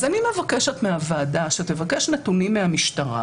אני מבקשת מהוועדה שתבקש נתונים מהמשטרה